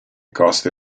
coste